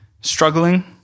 struggling